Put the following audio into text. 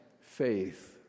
faith